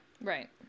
Right